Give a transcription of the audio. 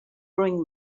bring